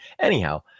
Anyhow –